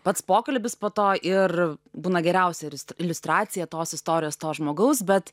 pats pokalbis po to ir būna geriausia rist iliustracija tos istorijos to žmogaus bet